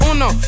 Uno